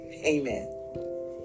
Amen